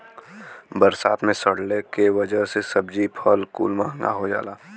बरसात मे सड़ले के वजह से सब्जी फल कुल महंगा हो जाला